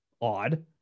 odd